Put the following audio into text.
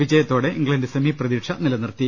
വിജയത്തോടെ England semi പ്രതീക്ഷ നിലനിർത്തി